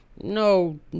No